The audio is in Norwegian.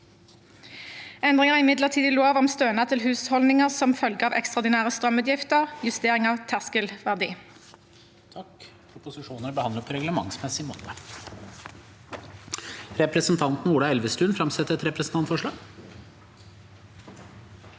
Endringer i midlertidig lov om stønad til husholdninger som følge av ekstraordinære strømutgifter (justering av terskelverdi)